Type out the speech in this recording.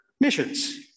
missions